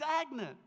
stagnant